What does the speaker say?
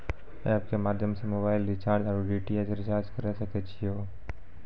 App के माध्यम से मोबाइल रिचार्ज ओर डी.टी.एच रिचार्ज करऽ सके छी यो?